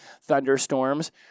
thunderstorms